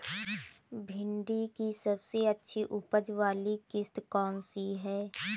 भिंडी की सबसे अच्छी उपज वाली किश्त कौन सी है?